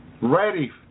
ready